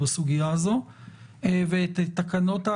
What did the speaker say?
יש פה שתי סוגיות: סוגיה קצרת מועד היא מה